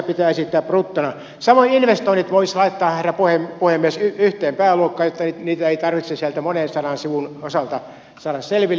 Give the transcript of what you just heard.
samoin investoinnit voisi laittaa herra puhemies yhteen pääluokkaan jotta niitä ei tarvitse sieltä monen sadan sivun osalta saada selville